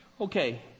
Okay